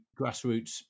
grassroots